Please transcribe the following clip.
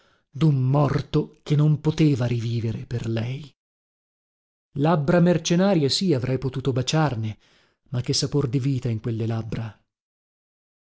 dun morto che non poteva rivivere per lei labbra mercenarie sì avrei potuto baciarne ma che sapor di vita in quelle labbra